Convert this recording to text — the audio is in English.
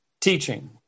teaching